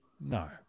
no